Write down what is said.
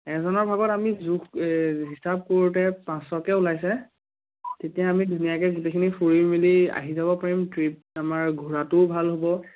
এজনৰ ভাগত আমি জোখ এই হিচাপ কৰোঁতে পাঁচশকৈ ওলাইছে তেতিয়া আমি ধুনীয়াকৈ গোটেইখিনি ফুৰি মেলি আহি যাব পাৰিম ট্ৰিপ আমাৰ ঘূৰাটোও ভাল হ'ব